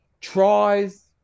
tries